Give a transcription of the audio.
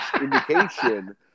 indication